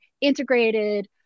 integrated